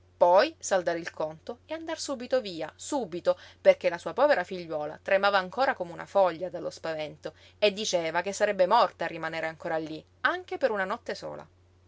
poi saldare il conto e andar subito via subito perché la sua povera figliuola tremava ancora come una foglia dallo spavento e diceva che sarebbe morta a rimanere ancora lí anche per una notte sola